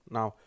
now